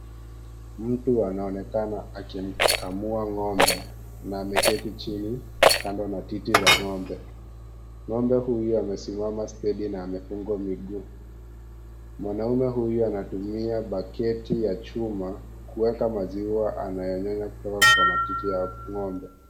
Mtu anaonekana akimukamua ng'ombe na ameketi chini kando na titi la ng'ombe. Ng'ombe huyu amesimama stedi na amefungwa miguu. Mwamume huyu anatumia baketi ya chuma kuweka maziwa anayonya kutoka kwenye matiti ya ng'ombe.